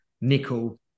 nickel